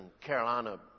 Carolina